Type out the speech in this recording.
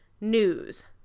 news